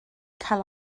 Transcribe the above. cael